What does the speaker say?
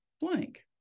blank